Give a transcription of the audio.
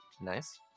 Nice